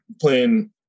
playing